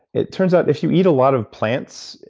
it turns that if you eat a lot of plants,